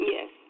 Yes